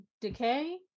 decay